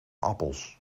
appels